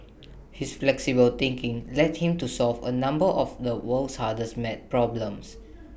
his flexible thinking led him to solve A number of the world's hardest math problems